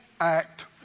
act